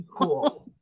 cool